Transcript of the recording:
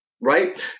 right